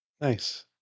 Nice